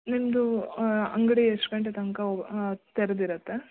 ನಿಮ್ಮದು ಅಂಗಡಿ ಎಷ್ಟು ಗಂಟೆ ತನಕ ಓ ತೆರೆದಿರತ್ತೆ